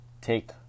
Take